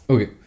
Okay